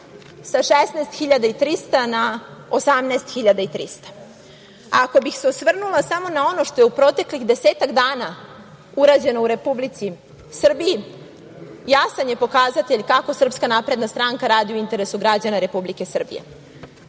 sa 16.300 na 18.300.Ako bih se osvrnula samo na ono što je u proteklih 10-ak dana urađeno u Republici Srbiji, jasan je pokazatelj kako SNS radi u interesu građana Republike Srbije